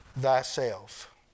thyself